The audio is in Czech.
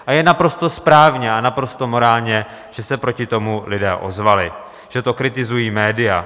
A je naprosto správně a naprosto morální, že se proti tomu lidé ozvali, že to kritizují média.